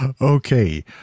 Okay